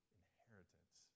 inheritance